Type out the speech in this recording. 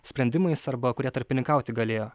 sprendimais arba kurie tarpininkauti galėjo